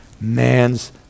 man's